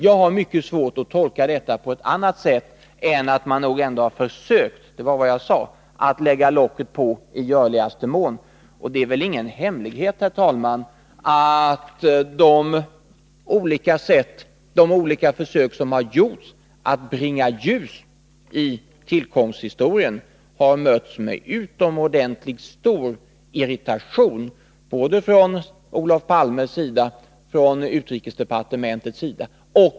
Jag har mycket svårt att tolka detta på annat sätt än att man nog har försökt — det var vad jag sade — att lägga locket på i görligaste mån. Det är väl ingen hemlighet, herr talman, att de olika försök som har gjorts att bringa ljus över tillkomsthistorien har mötts med utomordentligt stor irritation från både Olof Palme och utrikesdepartementet.